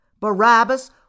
Barabbas